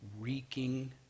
reeking